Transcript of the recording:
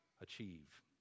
achieve